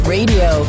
Radio